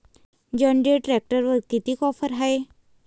John Deere ट्रॅक्टरवर कितीची offer हाये?